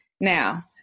Now